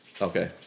Okay